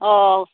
अ